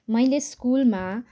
मैले स्कुलमा